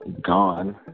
gone